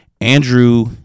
andrew